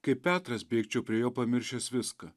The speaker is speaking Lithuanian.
kaip petras bėgčiau prie jo pamiršęs viską